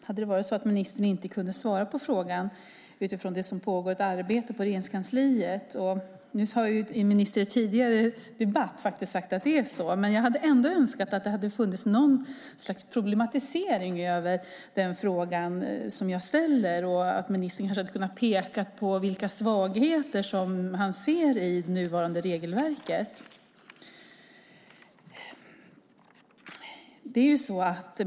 Hade det varit så att ministern inte kunde svara på frågan utifrån att det pågår ett arbete i Regeringskansliet - och nu har ministern i en tidigare debatt sagt att det faktiskt är så - hade jag ändå önskat att det hade funnits något slags problematisering av den fråga som jag ställer och att ministern kanske hade kunnat peka på vilka svagheter som han ser i det nuvarande regelverket.